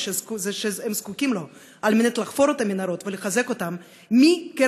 שהם זקוקים לו על מנת לחפור את המנהרות ולחזק אותן,